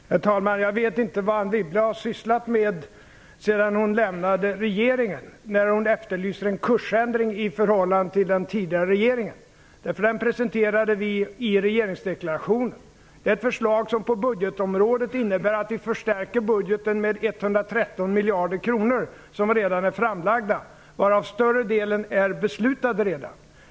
Herr talman! Jag vet inte vad Anne Wibble har sysslat med sedan hon lämnade regeringen, när hon efterlyser en kursändring i förhållande till den tidigare regeringen. Den presenterade vi i regeringsdeklarationen. Det är förslag på budgetområdet som innebär att vi förstärker budgeten med 113 miljarder kronor som redan lagts fram och varav större delen redan är beslutade.